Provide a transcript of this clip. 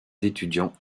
étudiants